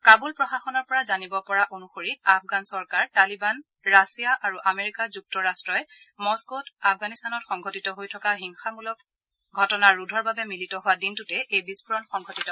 কাবুল প্ৰশাসনৰ পৰা জানিব পৰা অনুসৰি আফগান চৰকাৰ তালিবান ৰাছিয়া আৰু আমেৰিকা যুক্তৰাট্টৰ মক্গোত আফগানিস্তানত সংঘটিত হৈ থকা হিংসামূলক ঘটনা ৰোধৰ বাবে মিলিত হোৱা দিনটোতে এই বিস্ফোৰণ ঘটে